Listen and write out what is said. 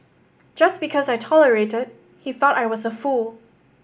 just because I tolerated he thought I was a fool